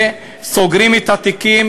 וסוגרים את התיקים.